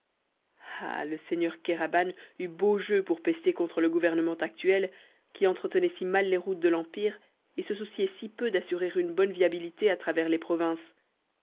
ah le seigneur kéraban eut beau jeu pour pester contre le gouvernement actuel qui entretenait si mal les routes de l'empire et se souciait si peu d'assurer une bonne viabilité à travers les provinces